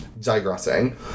digressing